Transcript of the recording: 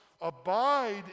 abide